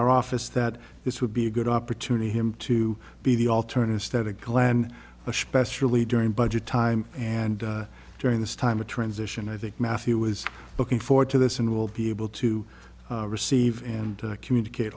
our office that this would be a good opportunity him to be the alterna static gland especially during budget time and during this time of transition i think matthew was looking forward to this and will be able to receive and communicate